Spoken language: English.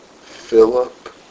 Philip